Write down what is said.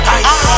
ice